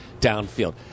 downfield